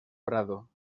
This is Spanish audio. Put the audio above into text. prado